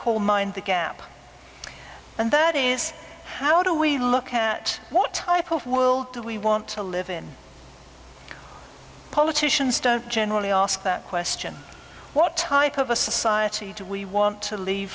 call mind the gap and that is how do we look at what type of will do we want to live in politicians don't generally ask that question what type of a society do we want to leave